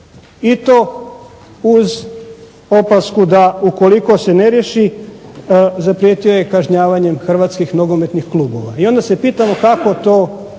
i to uz opasku da ukoliko se ne riješi zaprijetio je kažnjavanjem hrvatskih nogometnih klubova. I onda se pitamo kako to